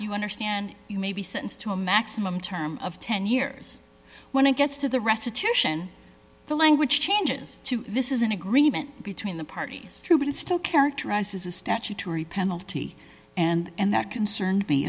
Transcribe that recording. you understand you may be sentenced to a maximum term of ten years when it gets to the restitution the language changes to this is an agreement between the parties through but it still characterized as a statutory penalty and that concerned me